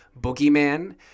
boogeyman